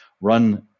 run